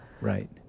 Right